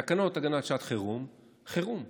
תקנות הגנת שעת חירום, חירום.